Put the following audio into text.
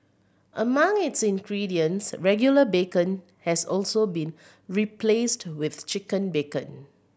among its ingredients regular bacon has also been replaced with chicken bacon